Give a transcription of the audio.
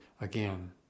again